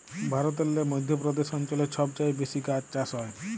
ভারতেল্লে মধ্য প্রদেশ অঞ্চলে ছব চাঁঁয়ে বেশি গাহাচ চাষ হ্যয়